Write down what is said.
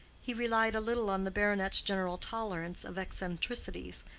he relied a little on the baronet's general tolerance of eccentricities,